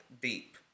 beep